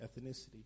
ethnicity